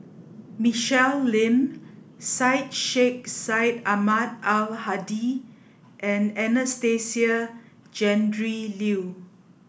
Michelle Lim Syed Sheikh Syed Ahmad Al Hadi and Anastasia Tjendri Liew